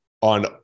on